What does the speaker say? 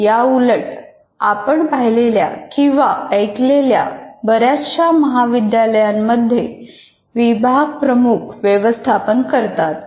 याउलट आपण पण पाहिलेल्या किंवा ऐकलेल्या बऱ्याचशा महाविद्यालयांमध्ये विभाग प्रमुख व्यवस्थापन करतात